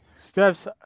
steps